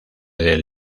del